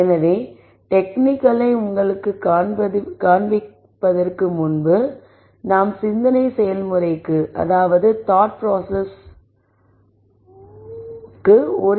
எனவே டெக்னிக்களை உங்களுக்குக் காண்பிப்பதற்கு முன்பு நாங்கள் சிந்தனை செயல்முறைக்கு ஒரு எடுத்துக்காட்டு கொடுக்க போகிறோம்